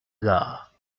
gars